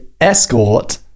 escort